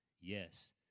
yes